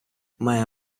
має